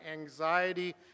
anxiety